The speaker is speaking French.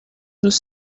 nous